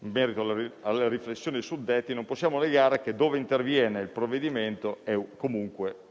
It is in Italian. in merito alle riflessioni suddette, non possiamo negare che, dove interviene, il provvedimento è